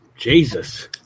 Jesus